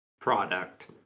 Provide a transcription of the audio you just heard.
product